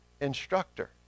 instructor